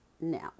now